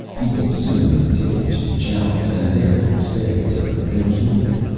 you will soon be taken to chalice and there you will stay until you have been cured.